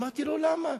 אמרתי לו: למה?